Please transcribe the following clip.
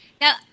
now